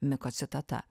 miko citata